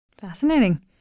Fascinating